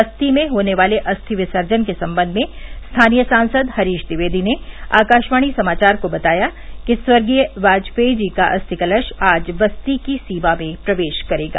बस्ती में होने वाले अस्थि विजर्सन के संबंध में स्थानीय सांसद हरीश द्विवेदी ने आकाशवाणी समाचार को बताया कि स्वर्गीय वाजपेयी का अस्थिकलश आज बस्ती की सीमा में प्रवेश करेगा